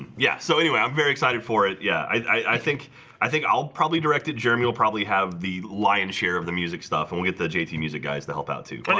yeah, so anyway. i'm very excited for it yeah i think i think i'll probably directed jeremy will probably have the lion's share of the music stuff, and we get the jt music guys to help out too, but